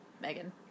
Megan